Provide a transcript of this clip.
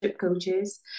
coaches